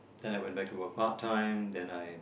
and then I went back to work part time and then I